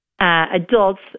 adults